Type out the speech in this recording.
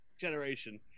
generation